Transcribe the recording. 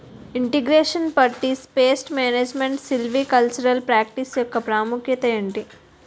integration forest pest management silvicultural practice యెక్క ప్రాముఖ్యత ఏంటి